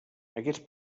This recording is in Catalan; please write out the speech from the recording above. aquests